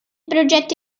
progetto